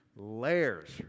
layers